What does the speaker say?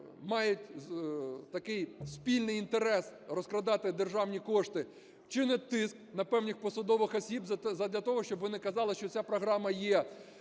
мають такий спільний інтерес розкрадати державні кошти, чинять тиск на певних посадових осіб задля того, щоб вони казали, що ця програма є